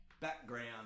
background